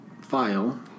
file